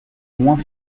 moins